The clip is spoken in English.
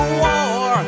war